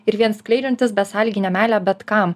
ir vien skleidžiantis besąlyginę meilę bet kam